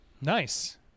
Nice